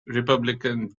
republican